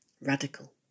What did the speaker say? Radical